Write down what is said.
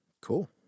Cool